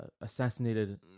assassinated